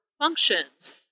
functions